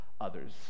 others